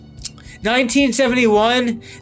1971